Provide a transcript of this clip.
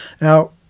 Now